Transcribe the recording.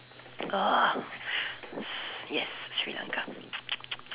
ugh yes Sri-Lanka